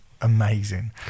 amazing